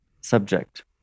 subject